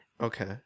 Okay